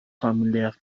familiar